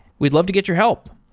we'd love to get your help.